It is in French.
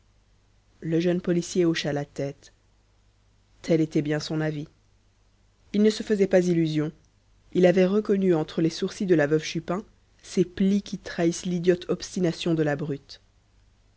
le jeune policier hocha la tête tel était bien son avis il ne se faisait pas illusion il avait reconnu entre les sourcils de la veuve chupin ces plis qui trahissent l'idiote obstination de la brute